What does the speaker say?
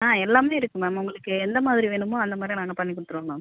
ஆ எல்லாமே இருக்கு மேம் உங்களுக்கு எந்த மாதிரி வேணுமோ அந்தமாதிரி நாங்கள் பண்ணி கொடுத்துருவோம் மேம்